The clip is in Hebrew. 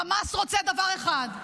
חמאס רוצה דבר אחד.